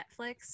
Netflix